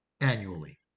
annually